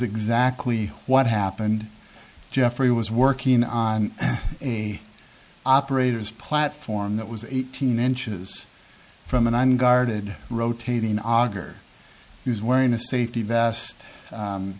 exactly what happened jeffrey was working on a operator's platform that was eighteen inches from an unguarded rotating arguer he was wearing a safety vest